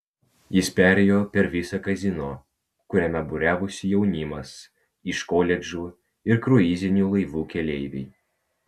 jis perėjo per visą kazino kuriame būriavosi jaunimas iš koledžų ir kruizinių laivų keleiviai